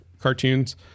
cartoons